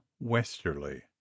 Westerly